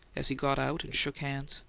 as he got out and shook hands.